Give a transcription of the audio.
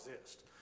exist